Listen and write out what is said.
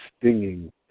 stinging